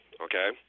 okay